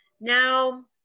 now